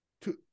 two